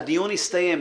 הדיון הסתיים.